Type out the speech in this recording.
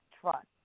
trust